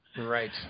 Right